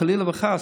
חלילה וחס,